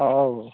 ହେଉ